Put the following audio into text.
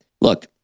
Look